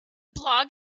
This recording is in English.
blog